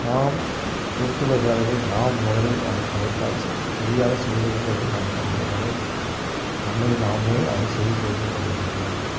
நாம் கொடுத்துள்ள வேலையை நாம் முதலில் அதை கரெக்டாக ச சரியாகச் செய்தோம் எனில் நம்ம நம்ம நம்மை நம்மை நாமே அதை சரி செய்து கொள்ள வேண்டும்